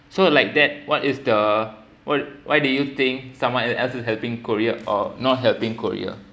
so like that what is the what why do you think someone else's helping korea or not helping korea